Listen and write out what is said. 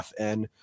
FN